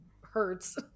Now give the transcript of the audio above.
hurts